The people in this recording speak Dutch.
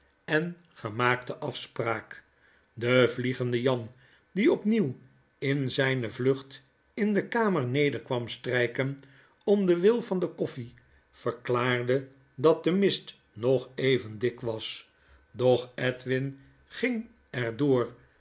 en gemaakte afspraak de vliegende jan die opnieuw in zyne vlucht in de kamer neder kwam striken om den wil van de koffie verklaarde dat de mist nog even dik was doch edwin ging er door